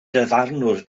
dyfarnwr